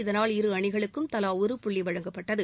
இதனால் இரு அணிகளுக்கும் தலா ஒரு புள்ளி வழங்கப்பட்டது